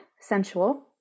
sensual